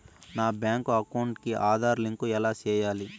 నా bank account కి Aadhaar link ఎలా సేయాలి